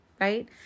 right